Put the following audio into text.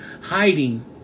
hiding